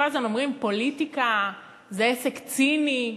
כל הזמן אומרים: פוליטיקה זה עסק ציני,